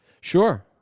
Sure